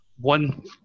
One